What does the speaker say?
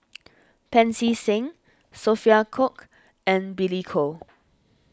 Pancy Seng Sophia Cooke and Billy Koh